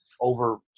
over